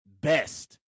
best